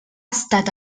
estat